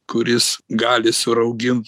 kuris gali suraugint